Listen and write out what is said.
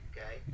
Okay